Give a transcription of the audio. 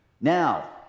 Now